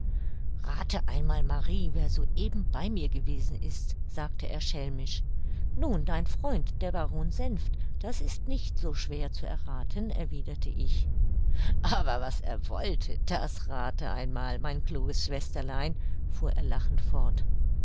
rathe einmal marie wer so eben bei mir gewesen ist sagte er schelmisch nun dein freund der baron senft das ist nicht so schwer zu errathen erwiderte ich aber was er wollte das rathe einmal mein kluges schwesterlein fuhr er lachend fort